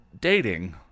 dating